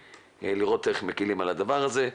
לראות איך מקלים על הדבר הזה,